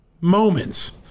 moments